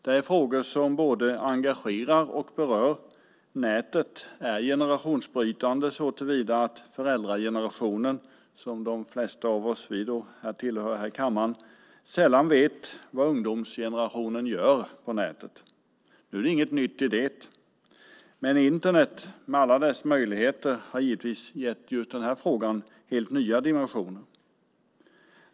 Det är frågor som engagerar och berör. Nätet är generationsbrytande såtillvida att föräldragenerationen - som de flesta av oss i kammaren tillhör - sällan vet vad ungdomsgenerationen gör på nätet. Det är inte något nytt, men Internet med alla sina möjligheter har naturligtvis gett just den här frågan helt nya dimensioner.